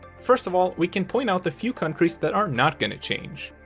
first of all, we can point out the few countries that are not going to change.